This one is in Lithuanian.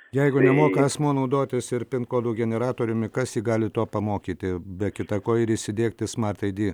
jeigu nemoka asmuo naudotis ir kodų generatoriumi kas gali to pamokyti be kita ko ir įsidiegti smart ai di